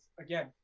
again